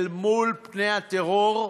אל מול פני הטרור,